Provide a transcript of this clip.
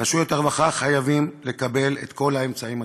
רשויות הרווחה חייבות לקבל את כל האמצעים הדרושים,